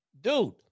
Dude